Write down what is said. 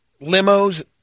Limos